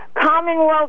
commonwealth